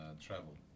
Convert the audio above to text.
travel